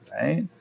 right